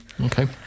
Okay